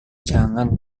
jangan